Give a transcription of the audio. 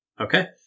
Okay